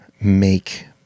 make